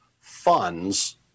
funds